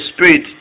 spirit